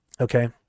Okay